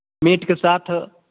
मीटके साथ